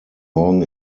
morgen